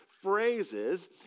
phrases